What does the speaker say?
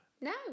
No